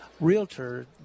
realtor